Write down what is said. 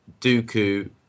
Dooku